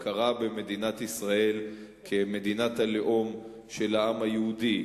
הכרה במדינת ישראל כמדינת הלאום של העם היהודי,